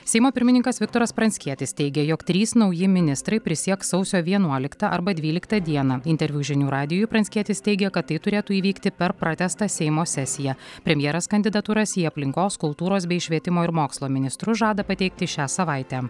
seimo pirmininkas viktoras pranckietis teigė jog trys nauji ministrai prisieks sausio vienuoliktą arba dvyliktą dieną interviu žinių radijui pranckietis teigė kad tai turėtų įvykti per pratęstą seimo sesiją premjeras kandidatūras į aplinkos kultūros bei švietimo ir mokslo ministrus žada pateikti šią savaitę